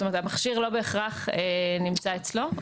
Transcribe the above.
זאת אומרת, המכשיר לא בהכרח נמצא אצלו.